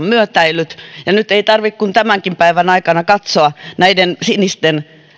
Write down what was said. myötäillyt ja nyt ei tarvitse kuin tämänkin päivän aikana katsoa sinisten